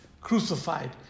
crucified